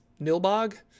nilbog